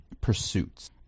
pursuits